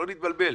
שלא נתבלבל,